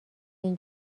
این